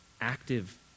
active